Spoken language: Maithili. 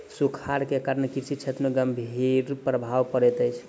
सूखाड़ के कारण कृषि क्षेत्र में गंभीर प्रभाव पड़ैत अछि